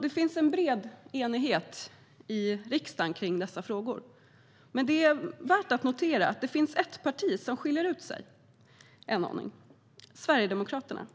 Det finns en bred enighet i riksdagen kring dessa frågor. Men det är värt att notera att det finns ett parti som skiljer ut sig en aning - Sverigedemokraterna.